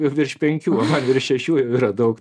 virš penkių šešių yra daug